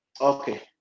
okay